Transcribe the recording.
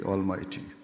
Almighty